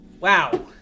wow